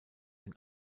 den